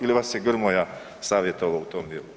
Ili vas je Grmoja savjetovao u tom dijelu?